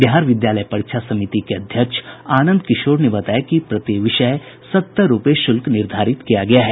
बिहार विद्यालय परीक्षा समिति के अध्यक्ष आनंद किशोर ने बताया कि प्रति विषय सत्तर रूपये शुल्क निर्धारित किया गया है